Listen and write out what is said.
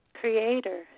creator